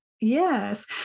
Yes